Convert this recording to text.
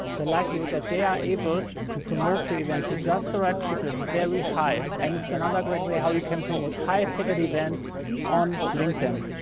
the likelihood that they are able to promote your event to just the right people is very high. and it's another great way how you can promote high-ticket events on linkedin.